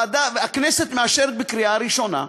הכנסת מאשרת בקריאה ראשונה,